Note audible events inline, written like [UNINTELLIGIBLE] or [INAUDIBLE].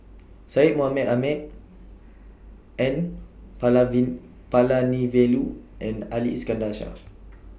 [NOISE] Syed Mohamed Ahmed N [UNINTELLIGIBLE] Palanivelu and Ali Iskandar Shah